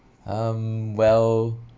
um well